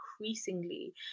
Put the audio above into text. increasingly